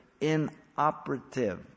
inoperative